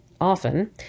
often